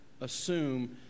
assume